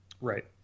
Right